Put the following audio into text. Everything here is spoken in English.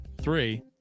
Three